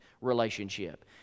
relationship